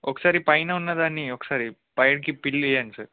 ఒకసారి పైన ఉన్నదాన్ని ఒకసారి పైకి పీల్ చేయండి సార్